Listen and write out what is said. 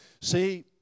See